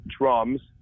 drums